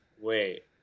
Wait